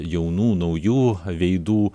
jaunų naujų veidų